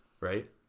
right